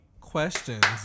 questions